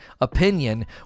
opinion